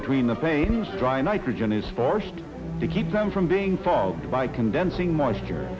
between the paintings dry nitrogen is forced to keep them from being followed by condensing moisture